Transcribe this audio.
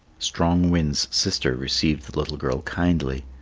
strong wind's sister received the little girl kindly,